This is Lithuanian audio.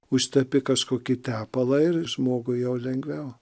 užtepi kažkokį tepalą ir žmogui jau lengviau